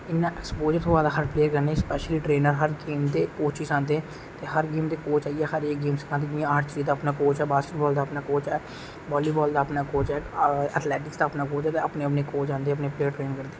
इन्ना एक्सपोजर थ्होआ दा हर पलेयर कन्नै बक्खरे कोचिस होंदे हर पल्येर कन्नै ते हर गेम दे कोच आइयै हर इक गेम सिखांदे जियां हर चीज दा इक कोच ऐ बास्कि बाल दा अपना कोच ऐ बाॅलीबाल दा अपना कोच ऐ अथलेटिक दा अपना कोच ऐ अपने अपने कोच आंदे अपने प्लेयर ट्रेन करन